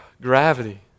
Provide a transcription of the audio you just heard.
gravity